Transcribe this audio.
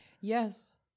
yes